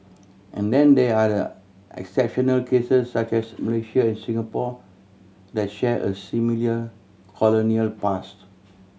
and then there are the exceptional cases such as Malaysia and Singapore that share a similar colonial past